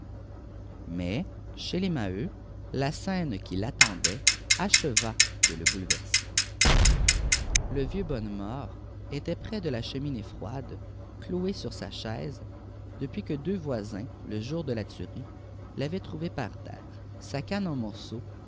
mais chez les maheu la scène qui l'attendait acheva de le bouleverser le vieux bonnemort était près de la cheminée froide cloué sur sa chaise depuis que deux voisins le jour de la tuerie l'avaient trouvé par terre sa canne en morceaux